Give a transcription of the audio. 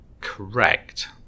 correct